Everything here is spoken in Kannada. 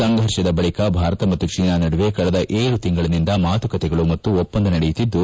ಸಂಘರ್ಷದ ಬಳಿಕ ಭಾರತ ಮತ್ತು ಚೀನಾ ನಡುವೆ ಕಳೆದ ಏಳು ತಿಂಗಳಿನಿಂದ ಮಾತುಕತೆಗಳು ಹಾಗೂ ಒಪ್ಲಂದ ನಡೆಯುತ್ತಿದ್ದು